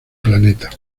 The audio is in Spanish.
planeta